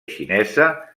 xinesa